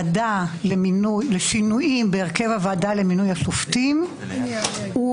החוק לשינויים בהרכב הוועדה למינוי השופטים הוא